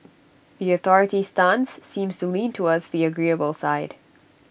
the authorities' stance seems to lean towards the agreeable side